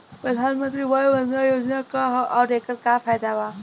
प्रधानमंत्री वय वन्दना योजना का ह आउर एकर का फायदा बा?